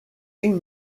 une